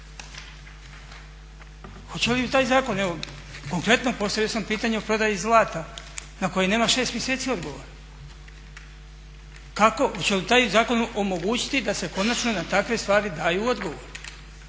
Hoće li taj zakon evo, konkretno postavio sam pitanje o prodaji zlata na koji nema 6 mjeseci odgovora. Kako? Hoće li taj zakon omogućiti da se konačno na takve stvari daju odgovori.